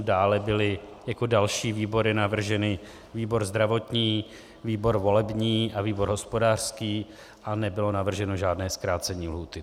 Dále byly jako další výbory navrženy výbor zdravotní, výbor volební a výbor hospodářský a nebylo navrženo žádné zkrácení lhůty.